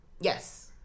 Yes